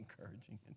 encouraging